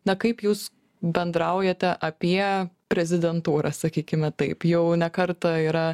na kaip jūs bendraujate apie prezidentūrą sakykime taip jau ne kartą yra